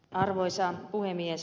arvoisa puhemies